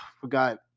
forgot